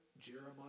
Jeremiah